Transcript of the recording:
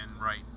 right